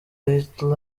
hitler